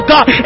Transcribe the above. God